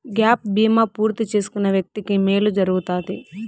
gap బీమా పూర్తి చేసుకున్న వ్యక్తికి మేలు జరుగుతాది